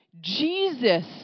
Jesus